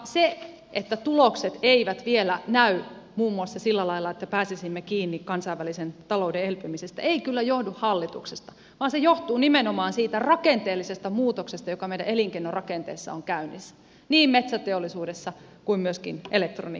se että tulokset eivät vielä näy muun muassa sillä lailla että pääsisimme kiinni kansainvälisen talouden elpymiseen ei kyllä johdu hallituksesta vaan se johtuu nimenomaan siitä rakenteellisesta muutoksesta joka meidän elinkeinorakenteessamme on käynnissä niin metsäteollisuudessa kuin myöskin elektroniikkateollisuudessa